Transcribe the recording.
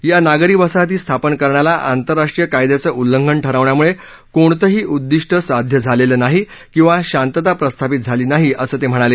या नागरी वसाहती स्थापन करण्याला आस्तिराष्ट्रीय कायद्याच उिल्लान ठरवण्यामुळे कोणतही उद्दिष्ट साध्य झालेल जाही किद्यी शास्त्रा प्रस्थापित झाली नाही असति म्हणाले